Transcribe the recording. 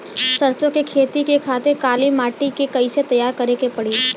सरसो के खेती के खातिर काली माटी के कैसे तैयार करे के पड़ी?